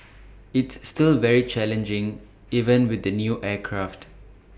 it's still very challenging even with the new aircraft